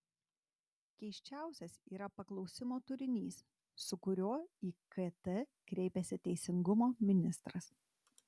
keisčiausias yra paklausimo turinys su kuriuo į kt kreipiasi teisingumo ministras